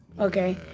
Okay